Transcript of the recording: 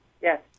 yes